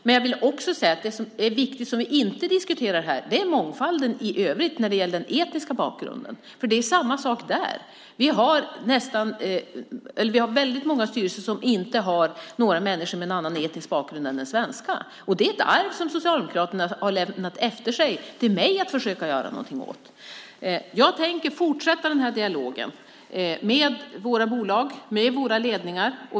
Men en annan sak som är viktig och som vi inte diskuterar här är mångfalden i övrigt när det gäller den etniska bakgrunden. Det är samma sak där; vi har många styrelser som inte har några människor med en annan etnisk bakgrund än den svenska. Det är ett arv som Socialdemokraterna har lämnat efter sig till mig att försöka göra någonting åt. Jag tänker fortsätta den här dialogen med våra bolag och ledningar.